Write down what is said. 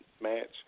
match